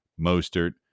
Mostert